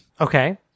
Okay